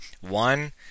One